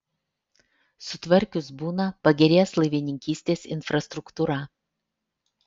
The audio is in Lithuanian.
sutvarkius buną pagerės laivininkystės infrastruktūra